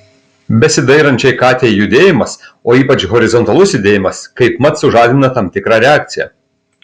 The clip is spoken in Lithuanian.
besidairančiai katei judėjimas o ypač horizontalus judėjimas kaipmat sužadina tam tikrą reakciją